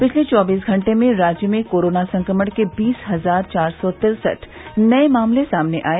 पिछले चौबीस घंटे में राज्य में कोरोना संक्रमण के बीस हजार चार सौ तिरसठ नये मामले सामने आये